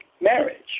marriage